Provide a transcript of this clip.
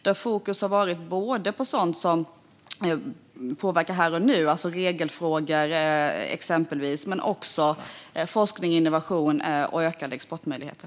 Där har fokus varit både på sådant som påverkar här och nu, till exempel regelfrågor, och på forskning, innovation och ökade exportmöjligheter.